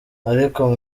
ariko